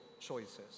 choices